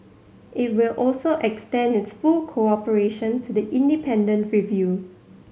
it will also extend its full cooperation to the independent review